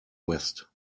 west